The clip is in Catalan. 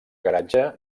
garatge